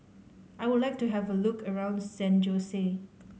I would like to have a look around San Jose